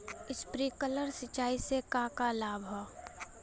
Sprinkler सिंचाई से का का लाभ ह?